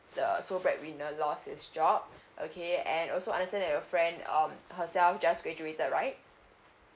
the sole breadwinner lost his job okay and also understand your friend um herself just graduated right